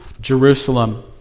Jerusalem